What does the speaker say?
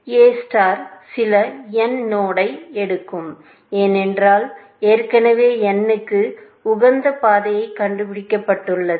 எ star சில n node ஐ எடுக்கும் ஏனென்றால் ஏற்கனவே n க்கு உகந்த பாதையை கண்டுபிடித்துள்ளது